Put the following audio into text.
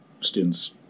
students